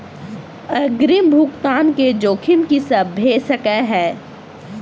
अग्रिम भुगतान केँ जोखिम की सब भऽ सकै हय?